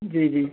جی جی